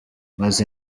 maze